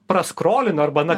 praskolino arba na